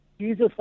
Jesus